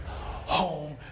home